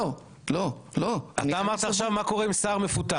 אתה אמרת עכשיו מה קורה אם שר מפוטר.